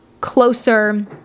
closer